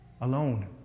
alone